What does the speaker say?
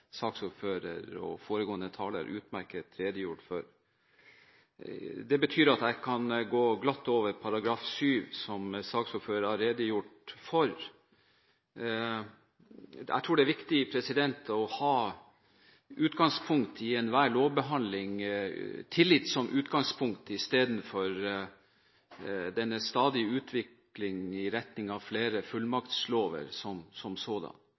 saksordfører og foregående taler redegjort utmerket for. Det betyr at jeg kan gå glatt over § 7, som saksordføreren har redegjort for. I enhver lovbehandling tror jeg det er viktig å ha tillit som utgangspunkt istedenfor denne stadige utvikling i retning av flere